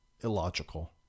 illogical